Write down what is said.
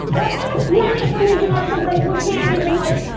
but what kind of planet we leaving our children if we can't even, like,